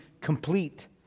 complete